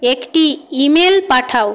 একটি ইমেল পাঠাও